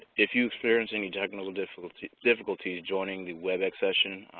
if you experience any technical difficulties difficulties joining the webex session,